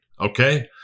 okay